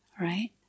Right